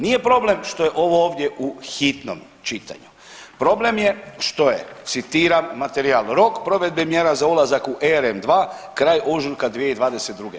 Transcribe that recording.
Nije problem što je ovo ovdje u hitnom čitanju, problem je što je citiram materijal rok provedbe mjera za ulazak u RN2 kraj ožujka 2022.